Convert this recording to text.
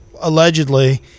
allegedly